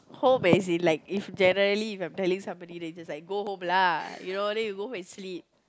home as in like if generally if I'm telling somebody then just like go home lah you know then you go home and sleep